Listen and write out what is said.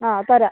ആ തരാം